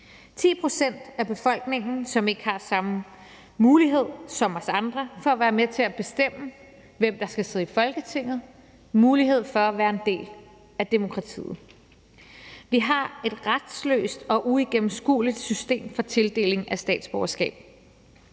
10 pct. af befolkningen, som ikke har samme mulighed som os andre for at være med til at bestemme, hvem der skal sidde i Folketinget, mulighed for at være en del af demokratiet. Vi har et retsløst og uigennemskueligt system for tildeling af statsborgerskab.